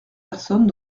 personnes